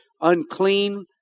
unclean